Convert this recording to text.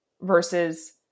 versus